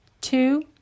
two